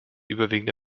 überwiegende